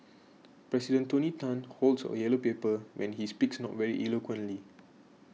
President Tony Tan holds a yellow paper when he speaks not very eloquently